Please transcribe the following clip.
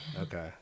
Okay